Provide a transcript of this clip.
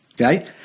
okay